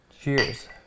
Cheers